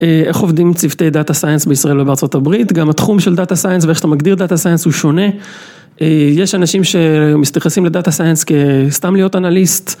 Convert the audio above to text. איך עובדים צוותי דאטה סייאנס בישראל ובארה״ב? גם התחום של דאטה סייאנס ואיך שאתה מגדיר דאטה סייאנס הוא שונה. יש אנשים שמסתייחסים לדאטה סייאנס כסתם להיות אנליסט.